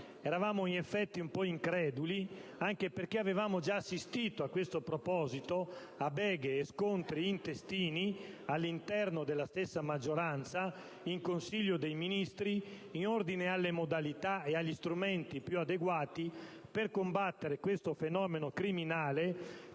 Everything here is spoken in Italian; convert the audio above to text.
Eravamo in effetti un po' increduli, anche perché avevamo già assistito a questo proposito a beghe e scontri intestini all'interno della stessa maggioranza, in Consiglio dei ministri, in ordine alle modalità e agli strumenti più adeguati per combattere questo fenomeno criminale,